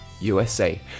USA